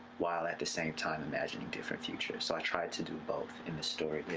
while at the same time imagining different futures. so i try to do both in the story.